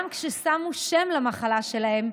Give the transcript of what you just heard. גם כששמו שם למחלה שלהם,